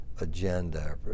agenda